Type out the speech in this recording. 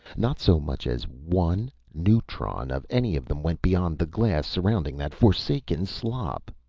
not so much as one neutron of any of them went beyond the glass surrounding that forsaken slop.